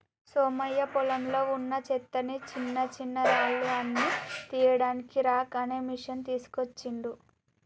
సోమయ్య పొలంలో వున్నా చెత్తని చిన్నచిన్నరాళ్లు అన్ని తీయడానికి రాక్ అనే మెషిన్ తీస్కోచిండు